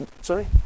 sorry